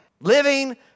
living